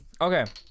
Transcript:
Okay